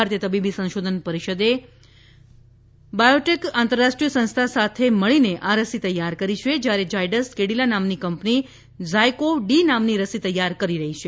ભારતીય તબીબી સંશોધન પરિષદે ભાત બાયોટેક આંતરરાષ્ટ્રીય સંસ્થા સાથે મળીને આ રસી તૈયાર કરી છે જ્યારે ઝાયડસ કેડિલા નામની કંપની ઝાયકોવ ડી નામની રસી તૈયાર કરી રહી છે